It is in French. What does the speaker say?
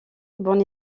bon